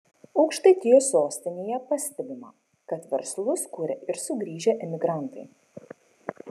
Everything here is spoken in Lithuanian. aukštaitijos sostinėje pastebima kad verslus kuria ir sugrįžę emigrantai